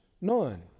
None